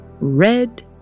red